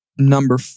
Number